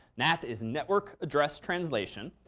nat is network address translation.